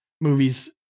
movie's